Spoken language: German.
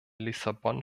lissabon